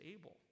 able